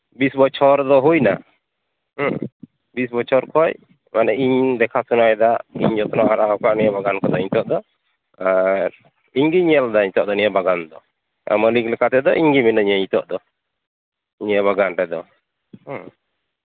ᱵᱤᱥ ᱵᱚᱪᱷᱚᱨ ᱫᱚ ᱦᱩᱭᱱᱟ ᱦᱮᱸ ᱵᱤᱥ ᱵᱚᱪᱷᱚᱨ ᱠᱷᱚᱡ ᱢᱟᱱᱮ ᱤᱧ ᱫᱮᱠᱷᱟ ᱥᱩᱱᱟᱭ ᱫᱟ ᱤᱧ ᱡᱚᱛᱱᱚ ᱦᱟᱨᱟ ᱠᱟᱜ ᱢᱮᱭᱟ ᱵᱟᱜᱟᱱ ᱠᱷᱚᱱᱟᱜ ᱱᱤᱛᱚᱜ ᱫᱚ ᱤᱧᱜᱤᱧ ᱧᱮᱞᱫᱟ ᱱᱤᱛᱚᱜ ᱱᱤᱭᱟᱹ ᱵᱟᱜᱟᱱ ᱫᱚ ᱢᱟᱹᱞᱤᱠ ᱞᱮᱠᱟ ᱛᱮᱫᱚ ᱤᱧᱜᱮ ᱢᱤᱱᱟᱹᱧᱟ ᱱᱤᱛᱚᱜ ᱫᱚ ᱱᱤᱭᱟᱹ ᱵᱟᱜᱟᱱ ᱨᱮᱫᱚ ᱦᱮᱸ